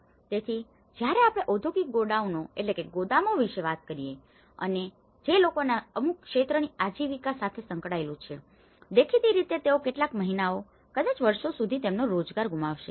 તેથી જ્યારે આપણે ઔદ્યોગિક ગોડાઉનોgodownગોદામો વિશે વાત કરીએ છીએ અને જે લોકોના અમુક ક્ષેત્રની આજીવિકા સાથે સંકળાયેલું છે દેખીતી રીતે તેઓ કેટલાક મહિનાઓ કદાચ વર્ષો સુધી તેમનો રોજગાર ગુમાવશે